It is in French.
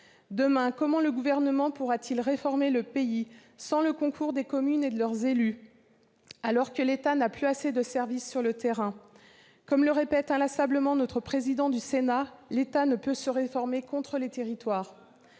Demain, comment le Gouvernement pourra-t-il réformer le pays sans le concours des communes et de leurs élus, alors que l'État n'a plus assez de services sur le terrain ? Comme le répète inlassablement le président du Sénat, l'État ne peut se réformer contre les territoires